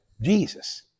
Jesus